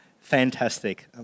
Fantastic